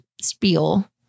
spiel